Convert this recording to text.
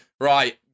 right